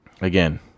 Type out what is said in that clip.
again